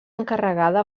encarregada